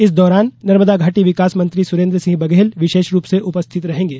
इस दौरान नर्मदा घाटी विकास मंत्री सुरेन्द्र सिंह बघेल विशेष रूप से उपस्थित रहेंगे